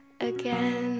Again